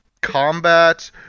combat